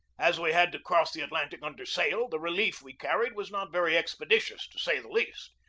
as we had to cross the atlantic under sail, the relief we carried was not very expeditious, to say the least.